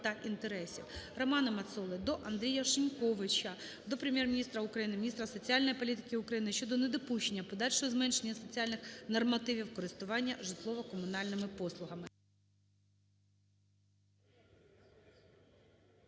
РоманаМацоли та Андрія Шиньковича до Прем'єр-міністра України, міністра соціальної політики України щодо недопущення подальшого зменшення соціальних нормативів користування житлово-комунальними послугами.